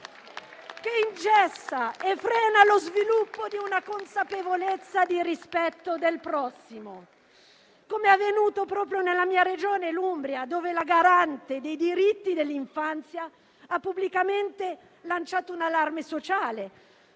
che ingessa e frena lo sviluppo di una consapevolezza del rispetto del prossimo, così come è avvenuto proprio nella mia Regione, l'Umbria, in cui la garante dei diritti dell'infanzia ha pubblicamente lanciato un allarme sociale,